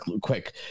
quick